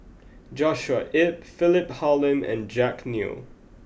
Joshua Ip Philip Hoalim and Jack Neo